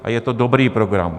A je to dobrý program.